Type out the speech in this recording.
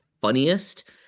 funniest